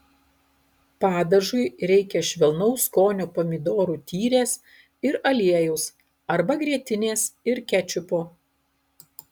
padažui reikia švelnaus skonio pomidorų tyrės ir aliejaus arba grietinės ir kečupo